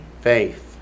Faith